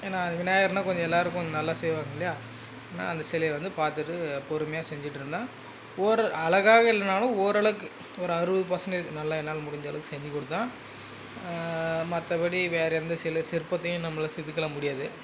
ஏன்னா விநாயகர்னா கொஞ்சம் எல்லோரும் கொஞ்சம் நல்லா செய்வாங்க இல்லையா நான் அந்த சிலையை வந்து பார்த்துட்டு பொறுமையாக செஞ்சுட்ருந்தேன் ஓர் அழகாக இல்லைனாலும் ஓரளவுக்கு ஒரு அறுபது பர்சன்டேஜ் நல்ல என்னால் முடிஞ்சளவுக்கு செஞ்சுக் கொடுத்தேன் மற்றபடி வேறு எந்த சில சிற்பத்தையும் நம்ம செதுக்கலாம் முடியாது